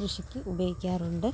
കൃഷിക്ക് ഉപയോഗിക്കാറുണ്ട്